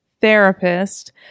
therapist